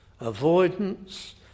avoidance